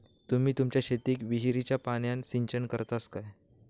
तुम्ही तुमच्या शेतीक विहिरीच्या पाण्यान सिंचन करतास काय?